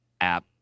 app